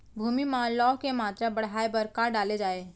भूमि मा लौह के मात्रा बढ़ाये बर का डाले जाये?